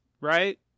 Right